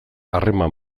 harreman